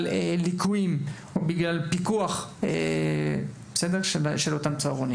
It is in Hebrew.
ליקויים או בעקבות פיקוח ואת מיקומם.